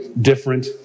different